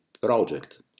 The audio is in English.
project